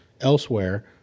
elsewhere